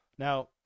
Now